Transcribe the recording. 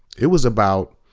it was about